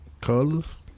Colors